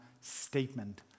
statement